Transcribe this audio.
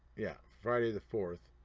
yeah, friday the fourth